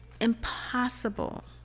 impossible